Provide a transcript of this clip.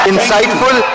Insightful